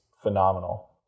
phenomenal